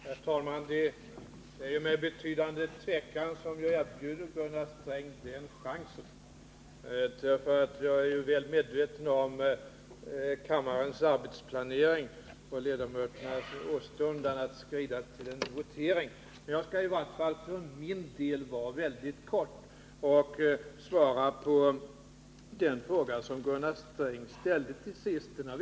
Herr talman! Det är med betydande tvekan som jag erbjuder Gunnar Sträng den chansen. Jag är väl medveten om kammarens arbetsplanering och ledamöternas åstundan att få skrida till votering. Jag skall för min del fatta mig väldigt kort och svara på den fråga som Gunnar Sträng ställde i slutet av sitt anförande.